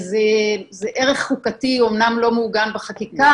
זה ערך חוקתי אמנם לא מעוגן בחקיקה